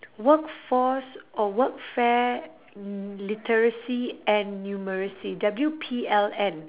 workforce or workfare li~ literacy and numeracy W_P_L_N